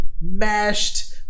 mashed